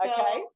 Okay